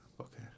Okay